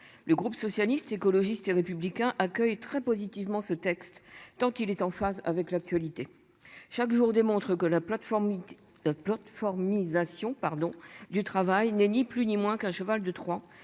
Le groupe socialiste, écologiste et républicain accueille très positivement ce texte tant qu'il est en phase avec l'actualité chaque jour démontrent que la plateforme. Mise à Sion, pardon du travail n'est ni plus ni moins qu'un cheval de Troie